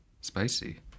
spicy